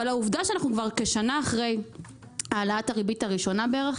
אבל העובדה שאנחנו כבר כשנה אחרי העלאת הריבית הראשונה בערך,